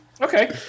okay